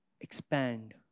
expand